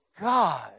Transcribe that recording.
God